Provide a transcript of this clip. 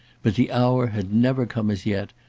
but the hour had never come as yet,